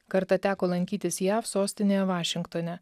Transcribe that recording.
kartą teko lankytis jav sostinėje vašingtone